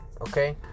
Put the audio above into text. okay